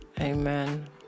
Amen